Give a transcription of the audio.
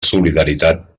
solidaritat